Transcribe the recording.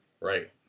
right